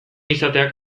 izateak